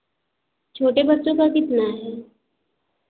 छोटे बच्चों का कितना है